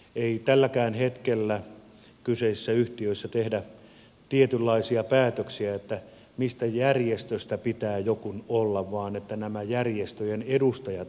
ei tälläkään hetkellä kyseisissä yhtiöissä tehdä tietynlaisia päätöksiä mistä järjestöstä pitää jonkun olla vaan nämä järjestöjen edustajat valitsevat hallituksen